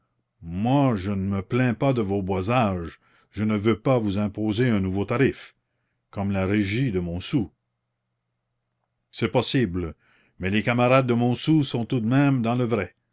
moi je ne me plains pas de vos boisages je ne veux pas vous imposer un nouveau tarif comme la régie de montsou c'est possible mais les camarades de montsou sont tout de même dans le vrai